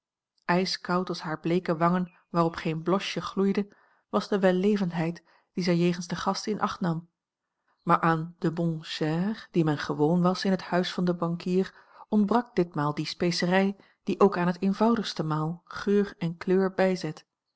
ijskoud als hare bleeke wangen waarop geen blosje gloeide was de wellevendheid die zij jegens den gast in acht nam maar aan de bonne chère dien men gewoon was in het huis van den bankier ontbrak ditmaal die specerij die ook aan het eenvoudigste maal geur en kleur bijzet